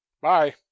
Bye